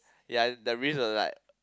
ya the risk was like